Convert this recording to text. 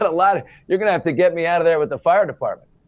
ah but you're gonna have to get me outta there with the fire department.